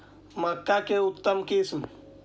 मक्का के उतम किस्म?